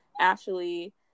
Ashley